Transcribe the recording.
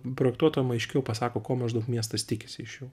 projektuotojam aiškiau pasako ko maždaug miestas tikisi iš jų